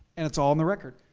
and it's all on the record.